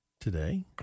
today